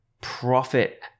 profit